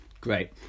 great